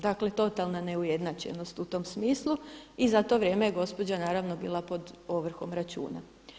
Dakle totalna neujednačenost u tom smislu i zato vrijeme je gospođa naravno bila pod ovrhom računa.